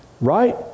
right